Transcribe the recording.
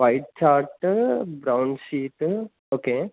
white chart brown sheet okay